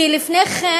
כי לפני כן,